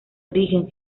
origen